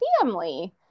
family